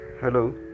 hello